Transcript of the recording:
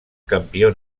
campió